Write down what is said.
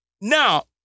Now